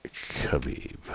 Khabib